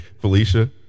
Felicia